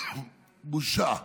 בושה.